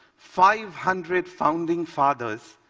five hundred founding fathers,